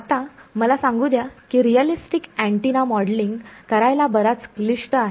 आता मला सांगू द्या की रिअलिस्टिक अँटिना मॉडेलिंग करायला बराच क्लिष्ट आहे